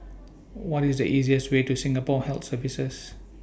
What IS The easiest Way to Singapore Health Services